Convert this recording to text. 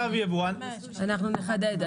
אנחנו נחדד.